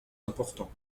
important